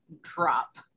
drop